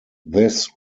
this